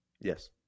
Yes